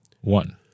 one